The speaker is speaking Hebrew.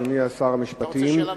אדוני שר המשפטים.